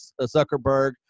Zuckerberg